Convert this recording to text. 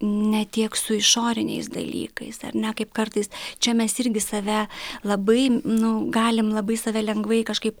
ne tiek su išoriniais dalykais ar ne kaip kartais čia mes irgi save labai nu galim labai save lengvai kažkaip